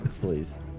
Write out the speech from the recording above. please